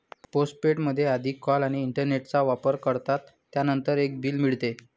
postpaid मध्ये आधी call आणि इंटरनेटचा वापर करतात, त्यानंतर एक बिल मिळते